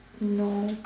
no